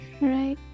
right